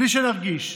בלי שנרגיש.